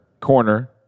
corner